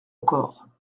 encore